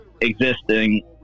existing